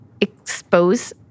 expose